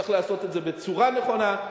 צריך לעשות את זה בצורה נכונה,